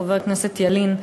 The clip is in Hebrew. חבר הכנסת ילין,